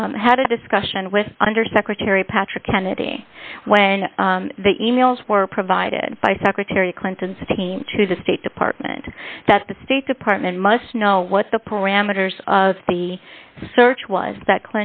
had had a discussion with undersecretary patrick kennedy when the e mails were provided by secretary clinton seemed to the state department that the state department must know what the parameters of the search was that